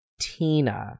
Tina